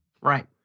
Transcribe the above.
right